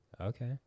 Okay